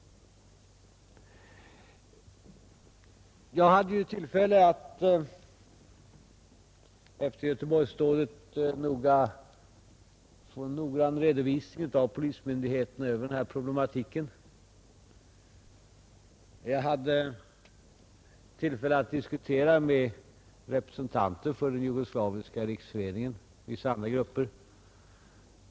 Jag fick ju efter Göteborgsdådet en noggrann redovisning av polismyndigheterna över denna problematik. Jag hade tillfälle att diskutera med representanter för den jugoslaviska riksföreningen och vissa andra grupper.